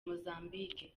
mozambique